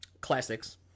classics